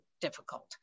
difficult